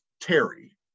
terry